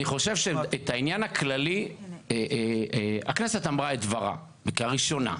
אני חושב שלגבי העניין הכללי הכנסת אמרה את דברה בקריאה ראשונה.